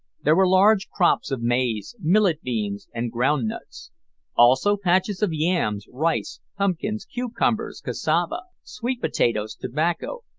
there were large crops of maize, millet beans, and ground-nuts also patches of yams, rice, pumpkins, cucumbers, cassava, sweet potatoes, tobacco,